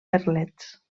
merlets